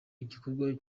igikorwa